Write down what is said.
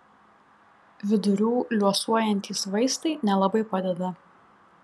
vidurių liuosuojantys vaistai nelabai padeda